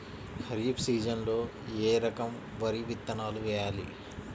ఖరీఫ్ సీజన్లో ఏ రకం వరి విత్తనాలు వేయాలి?